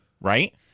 right